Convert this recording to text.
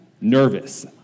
nervous